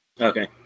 Okay